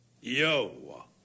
Yo